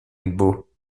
hennebeau